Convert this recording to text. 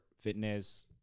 fitness